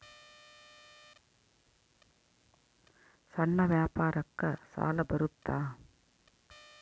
ಸಣ್ಣ ವ್ಯಾಪಾರಕ್ಕ ಸಾಲ ಬರುತ್ತಾ?